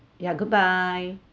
yeah goodbye